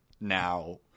now